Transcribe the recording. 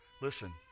Listen